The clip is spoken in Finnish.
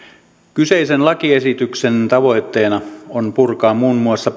kyseisen lakiesityksen tavoitteena on purkaa muun muassa